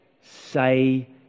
say